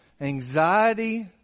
anxiety